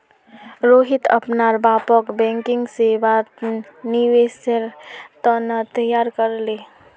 रोहित अपनार बापक बैंकिंग सेवात निवेशेर त न तैयार कर ले